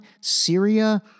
Syria